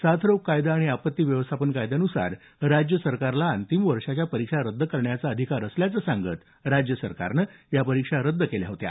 साथ रोग कायदा आणि आपत्ती व्यवस्थापन कायद्यान्सार राज्य सरकारला अंतिम वर्षाच्या परीक्षा रद्द करण्याचा अधिकार असल्याचं सांगत राज्य सरकारनं या परीक्षा रद्द केल्या होत्या